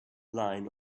line